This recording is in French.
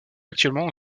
actuellement